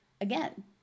again